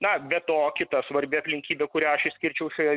na be to kita svarbi aplinkybė kurią aš išskirčiau šioje